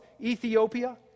Ethiopia